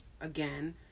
again